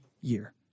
year